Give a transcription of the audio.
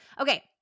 Okay